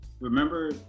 remember